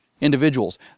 individuals